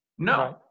No